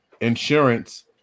insurance